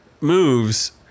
moves